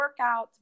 workouts